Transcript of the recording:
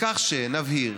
בכך שנבהיר